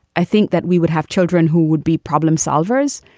i think that we would have children who would be problem solvers,